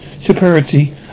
superiority